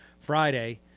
Friday